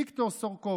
ויקטור סורקופוט,